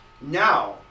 now